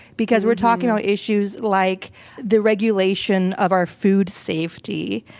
because we're talking about issues like the regulation of our food safety.